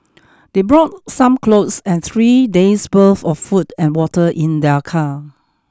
they brought some clothes and three days' worth of food and water in their car